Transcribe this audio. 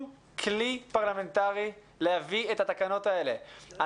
כלי פרלמנטרי להביא את התקנות האלה.